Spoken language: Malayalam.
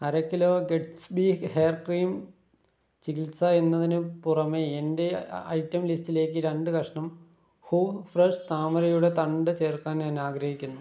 അര കിലോ ഗഡ്സ്ബി ഹെയർ ക്രീം ചികിത്സ എന്നതിന് പുറമെ എന്റെ ഐറ്റം ലിസ്റ്റിലേക്ക് രണ്ട് കഷ്ണം ഹൂം ഫ്രഷ് താമരയുടെ തണ്ട് ചേർക്കാൻ ഞാൻ ആഗ്രഹിക്കുന്നു